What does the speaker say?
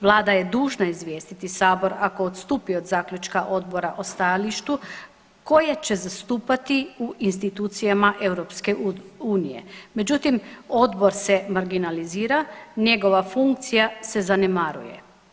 Vlada je dužna izvijestiti sabor ako odstupi od zaključka odbora o stajalištu koje će zastupati u institucijama EU, međutim odbor se marginalizira i njegova funkcija se zanemaruje.